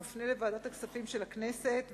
מופנה לוועדת הכספים של הכנסת.